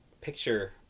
picture